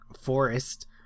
forest